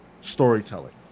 storytelling